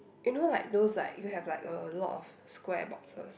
you know like those like you have like a lot of square boxes